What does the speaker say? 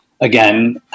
again